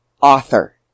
author